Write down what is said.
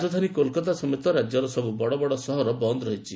ରାଜଧାନୀ କୋଲ୍କାତା ସମେତ ରାଜ୍ୟର ସବୁ ବଡ଼ ବଡ଼ ସହର ବନ୍ଦ୍ ରହିଛି